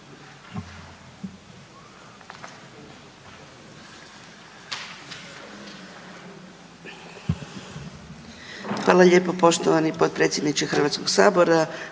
Hvala lijepo poštovani potpredsjedniče HS-a. Poštovani